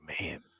man